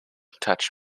touch